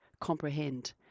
comprehend